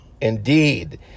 indeed